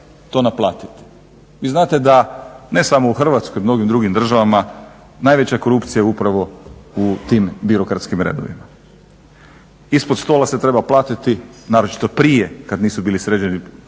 to naplatiti. Vi znate da, ne samo u Hrvatskoj, u mnogim drugim državama najveća korupcija je upravo u tim birokratskim redovima. Ispod stola se treba platiti, naročito prije kada nisu bili sređeni